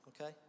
okay